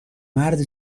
مرد